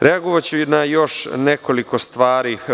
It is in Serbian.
Reagovaću na još nekoliko stvari.